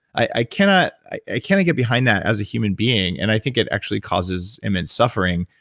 i cannot i cannot get behind that as a human being, and i think it actually causes immense suffering,